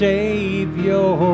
Savior